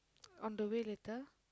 on the way later